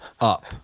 up